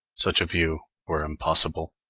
such a view were impossible.